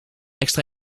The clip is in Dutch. extra